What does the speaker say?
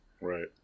Right